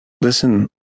Listen